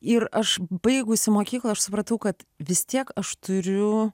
ir aš baigusi mokyklą aš supratau kad vis tiek aš turiu